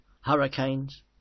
hurricanes